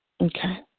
Okay